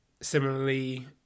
Similarly